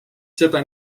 seda